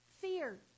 Fear